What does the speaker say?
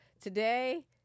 today